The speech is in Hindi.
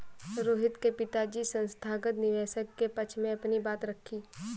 रोहित के पिताजी संस्थागत निवेशक के पक्ष में अपनी बात रखी